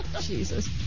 Jesus